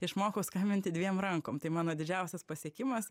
išmokau skambinti dviem rankom tai mano didžiausias pasiekimas